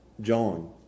John